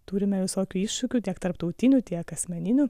turime visokių iššūkių tiek tarptautinių tiek asmeninių